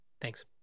Thanks